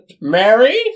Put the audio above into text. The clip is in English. Mary